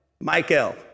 Michael